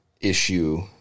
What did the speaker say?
issue